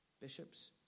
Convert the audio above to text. bishops